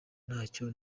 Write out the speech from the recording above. ntacyo